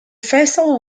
vessel